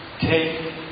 Take